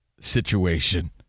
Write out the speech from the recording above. situation